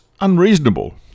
unreasonable